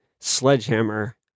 Sledgehammer